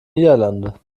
niederlande